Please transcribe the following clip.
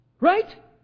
Right